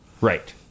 Right